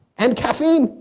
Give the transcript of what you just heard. and caffeine,